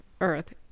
Earth